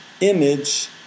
image